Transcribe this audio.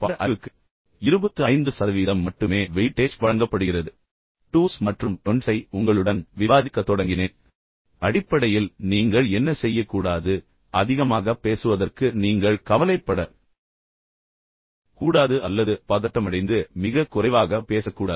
பாட அறிவுக்கு 25 சதவீதம் மட்டுமே வெயிட்டேஜ் வழங்கப்படுகிறது எனவே நீங்கள் மனதில் கொள்ள வேண்டிய டூஸ் மற்றும் டொண்ட்ஸை உங்களுடன் விவாதிக்க நான் பின்னர் முன்னேறினேன் அடிப்படையில் நீங்கள் என்ன செய்யக் கூடாது அதிகமாகப் பேசுவதற்கு நீங்கள் கவலைப்படக் கூடாது அல்லது பதட்டமடைந்து மிகக் குறைவாகப் பேசக்கூடாது